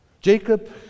Jacob